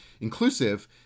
inclusive